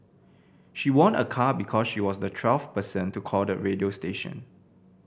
she won a car because she was the twelfth person to call the radio station